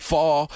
Fall